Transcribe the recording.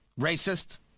Racist